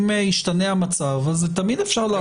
אם ישתנה המצב תמיד אפשר לשנות.